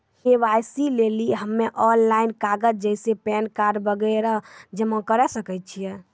KYC लेली हम्मय online कागज जैसे पैन कार्ड वगैरह जमा करें सके छियै?